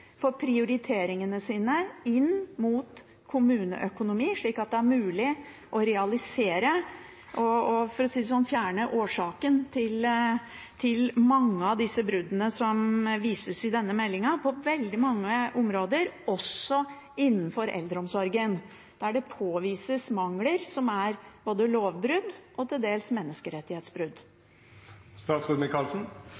for prioriteringene i kommuneøkonomien, slik at det er mulig å realisere og – for å si det sånn – fjerne årsaken til mange av de bruddene som vises i denne meldingen på veldig mange områder, også innenfor eldreomsorgen, der det påvises mangler som er både lovbrudd og til dels menneskerettighetsbrudd?